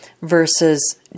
versus